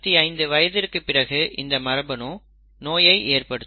45 வயதிற்கு பிறகு இந்த மரபணு நோயை ஏற்படுத்தும்